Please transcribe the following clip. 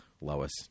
Lois